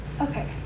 Okay